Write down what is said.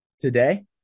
Today